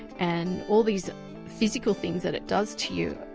and all these physical things that it does to you.